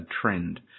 trend